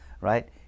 right